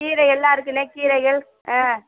கீரை எல்லாம் இருக்குண்ணே கீரைகள் ஆ